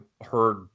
heard